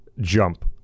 jump